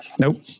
Nope